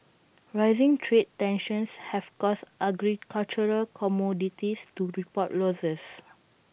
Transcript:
rising trade tensions have caused agricultural commodities to report losses